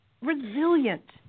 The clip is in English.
resilient